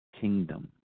kingdom